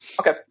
Okay